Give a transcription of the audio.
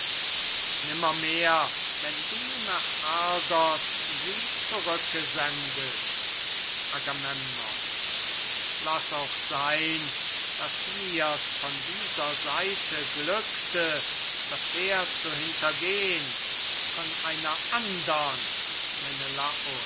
nimmermehr wenn du nach argos sie zurücke sendest agamemnon laß auch sein daß mir's von dieser seite glückte das heer zu hintergehn von einer andern